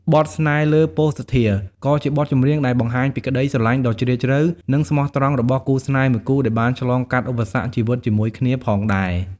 បទ ស្នេហ៍លើពសុធា ក៏ជាបទចម្រៀងដែលបង្ហាញពីក្តីស្រឡាញ់ដ៏ជ្រាលជ្រៅ និងស្មោះត្រង់របស់គូស្នេហ៍មួយគូដែលបានឆ្លងកាត់ឧបសគ្គជីវិតជាមួយគ្នាផងដែរ។